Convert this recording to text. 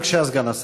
בבקשה, סגן השר.